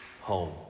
home